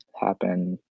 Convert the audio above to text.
happen